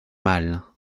mâle